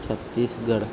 Chhattisgarh